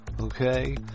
Okay